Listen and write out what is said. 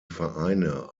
vereine